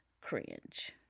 cringe